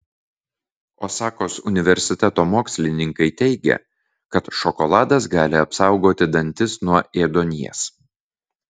osakos universiteto mokslininkai teigia kad šokoladas gali apsaugoti dantis nuo ėduonies